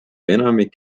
enamik